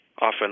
often